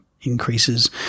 increases